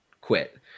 quit